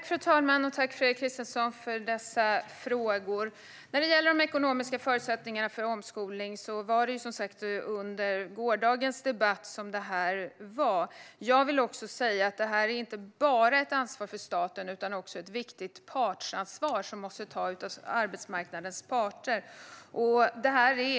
Fru talman! Jag tackar Fredrik Christensson för dessa frågor. De ekonomiska förutsättningarna för omskolning togs upp i gårdagens debatt. Jag vill också säga att detta inte är ett ansvar bara för staten, utan det är också ett viktigt ansvar som måste tas av arbetsmarknadens parter.